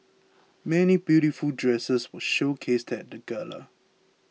many beautiful dresses were showcased at the gala